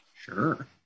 Sure